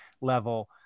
level